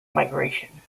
migration